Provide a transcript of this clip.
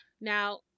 Now